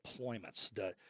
deployments